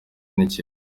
n’ikibi